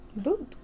Boop